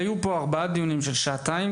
היו פה ארבעה דיונים של שעתיים,